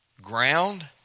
ground